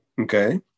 Okay